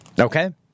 Okay